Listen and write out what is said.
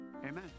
amen